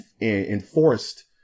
enforced